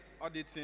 auditing